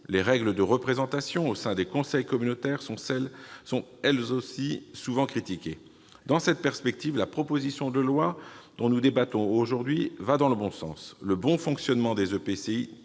Les règles de représentation au sein des conseils communautaires sont elles aussi souvent critiquées. Dans cette perspective, la proposition de loi dont nous débattons aujourd'hui va dans le bon sens. Le bon fonctionnement des EPCI